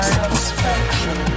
satisfaction